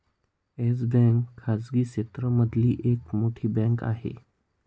yes Bank खाजगी क्षेत्र मधली एक मोठी बँक आहे